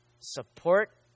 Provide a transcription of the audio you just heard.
support